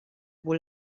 wohl